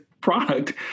product